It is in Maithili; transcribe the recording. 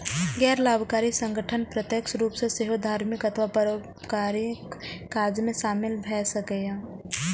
गैर लाभकारी संगठन प्रत्यक्ष रूप सं सेहो धार्मिक अथवा परोपकारक काज मे शामिल भए सकैए